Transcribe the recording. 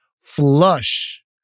flush